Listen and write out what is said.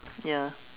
ya